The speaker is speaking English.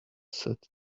sad